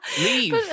leave